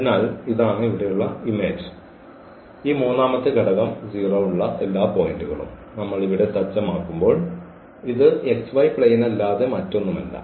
അതിനാൽ ഇത് ആണ് ഇവിടെയുള്ള ഇമേജ് ഈ മൂന്നാമത്തെ ഘടകം 0 ഉള്ള എല്ലാ പോയിന്റുകളും നമ്മൾ ഇവിടെ സജ്ജമാക്കുമ്പോൾ ഇത് പ്ലെയ്നല്ലാതെ മറ്റൊന്നുമല്ല